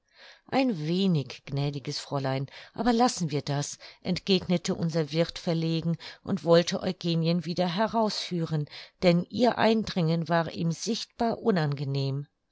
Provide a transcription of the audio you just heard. ein wenig gnädiges fräulein aber lassen wir das entgegnete unser wirth verlegen und wollte eugenien wieder herausführen denn ihr eindringen war ihm sichtbar unangenehm